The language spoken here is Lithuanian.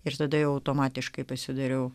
ir tada jau automatiškai pasidariau